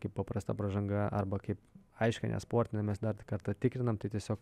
kaip paprasta pražanga arba kaip aiškiai nesportinė mes dar kartą tikrinam tai tiesiog